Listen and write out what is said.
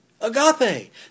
Agape